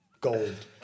Gold